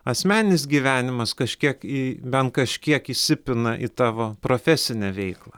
asmeninis gyvenimas kažkiek į bent kažkiek įsipina į tavo profesinę veiklą